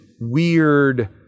weird